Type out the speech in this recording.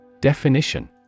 Definition